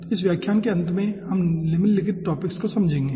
तो इस व्याख्यान के अंत में आप निम्नलिखित टॉपिक्स को समझेंगे